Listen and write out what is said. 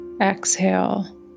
exhale